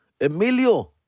Emilio